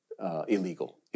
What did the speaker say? Illegal